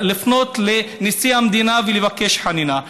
מלפנות לנשיא המדינה ולבקש חנינה?